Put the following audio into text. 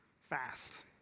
fast